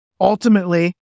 ultimately